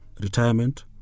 retirement